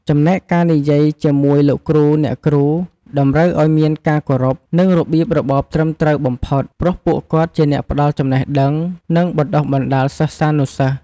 ចំណែកការនិយាយជាមួយ លោកគ្រូ អ្នកគ្រូ តម្រូវឱ្យមានការគោរព និងរបៀបរបបត្រឹមត្រូវបំផុត ព្រោះពួកគាត់ជាអ្នកផ្ដល់ចំណេះដឹង និងបណ្ដុះបណ្ដាលសិស្សានុសិស្ស។